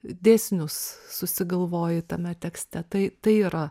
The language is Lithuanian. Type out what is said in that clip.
dėsnius susigalvoji tame tekste tai tai yra